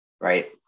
right